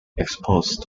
exposed